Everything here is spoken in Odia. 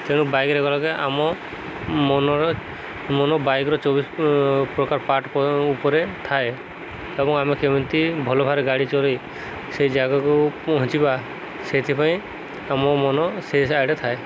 ତେଣୁ ବାଇକ୍ରେ ଗଲାବେଳେ ଆମ ମନର ମନ ବାଇକ୍ର ଚବିଶ ପ୍ରକାର ପାର୍ଟ ଉପରେ ଥାଏ ଏବଂ ଆମେ କେମିତି ଭଲ ଭାବରେ ଗାଡ଼ି ଚଳେଇ ସେଇ ଜାଗାକୁ ପହଞ୍ଚିବା ସେଥିପାଇଁ ଆମ ମନ ସେଇଆଡ଼େ ଥାଏ